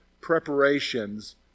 Preparations